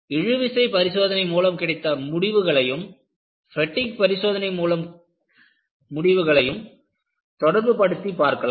இழுவிசை பரிசோதனை மூலம் கிடைத்த முடிவுகளையும் பெட்டிக் பரிசோதனை முடிவுகளையும் தொடர்புபடுத்திப் பார்க்கலாம்